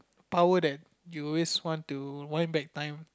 power that you will always want to wind back time